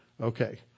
Okay